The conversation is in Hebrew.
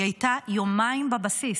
היא הייתה יומיים בבסיס,